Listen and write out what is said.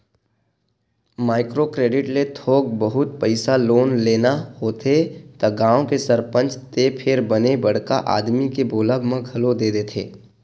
micro credit ले थोक बहुत पइसा लोन लेना होथे त गाँव के सरपंच ते फेर बने बड़का आदमी के बोलब म घलो दे देथे